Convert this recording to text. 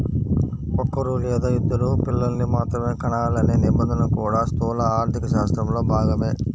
ఒక్కరూ లేదా ఇద్దరు పిల్లల్ని మాత్రమే కనాలనే నిబంధన కూడా స్థూల ఆర్థికశాస్త్రంలో భాగమే